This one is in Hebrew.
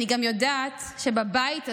אני גם יודעת שבבית הזה,